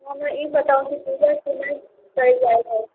हमरा ई बताउ कि पूजा केना कयल जाइत हइ